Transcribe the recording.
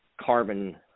carbon